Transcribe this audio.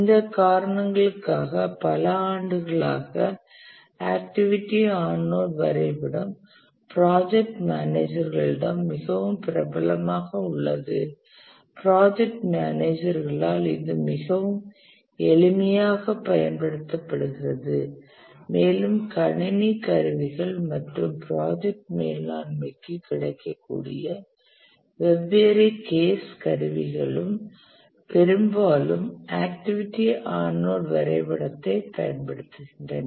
இந்த காரணங்களுக்காக பல ஆண்டுகளாக ஆக்டிவிட்டி ஆன் நோட் வரைபடம் ப்ராஜெக்ட் மேனேஜர் களிடம் மிகவும் பிரபலமாக உள்ளது ப்ராஜெக்ட் மேனேஜர்களால் இது மிகவும் எளிமையாக பயன்படுத்தப்படுகிறது மேலும் கணினி கருவிகள் மற்றும் ப்ராஜெக்ட் மேலாண்மைக்கு கிடைக்கக்கூடிய வெவ்வேறு CASE கேஸ் கருவிகளும் பெரும்பாலும் ஆக்டிவிட்டி ஆன் நோட் வரைபடத்தை பயன்படுத்துகின்றன